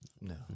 No